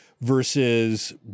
versus